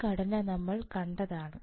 ഈ ഘടന നമ്മൾ കണ്ടതാണ്